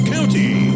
County